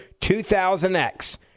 2000X